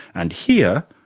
and here,